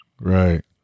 right